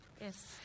Yes